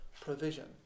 provision